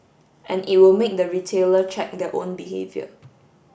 and it will make the retailer check their own behaviour